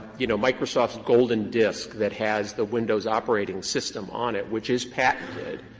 you know, microsoft's golden disk that has the windows operating system on it, which is patented,